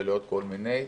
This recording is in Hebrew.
ולעוד כל מיני,